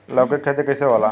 लौकी के खेती कइसे होला?